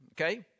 Okay